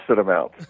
amount